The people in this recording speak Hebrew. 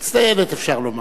מצטיינת, אפשר לומר.